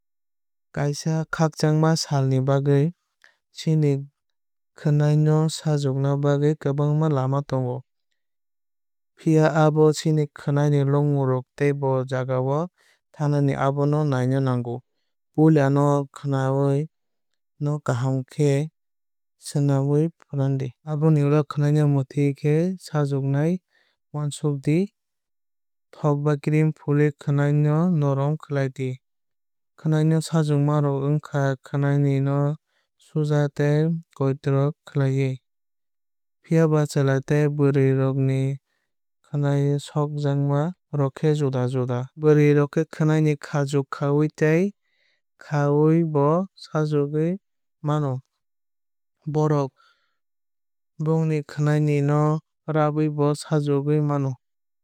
Kaisa khakchangma salni bagwui chini khwnai no sajokna bagwui kwbangma lama tongo. Phiaba abo chini khwnai ni logmung rong tei bo jagao thannai abo no naina nango. Puila no khwnani no kaham khe suwui fwran di. Aboni ulo khwnai no bwmwtwui khe sajoknai uansuk di. Thok ba cream fulwui khwnai no norom khlai di. Khwnai sajokma rok wngkha khwnani no suja tei koitroi khaiwui. Phiaba chwla tei bwrwui rok ni khwnai saokma rok khe juda juda. Bwrwui rok khe khwnani no khaju khawui tei khayaui bo sajokgwui mano. Borok bongni khwnani no rabwui bo sajogwui mano.